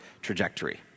trajectory